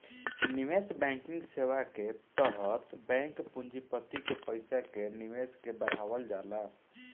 निवेश बैंकिंग सेवा के तहत बैंक पूँजीपति के पईसा के निवेश के बढ़ावल जाला